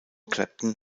clapton